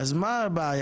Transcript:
אז מה הבעיה?